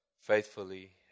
faithfully